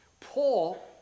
Paul